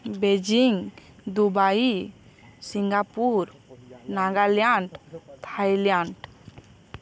Beijing Dubai Singapore Nagaland Thailand